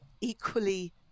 equally